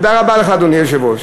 תודה רבה לך, אדוני היושב-ראש.